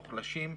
מוחלשים,